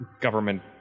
government